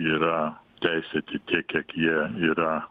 yra teisėti tiek kiek jie yra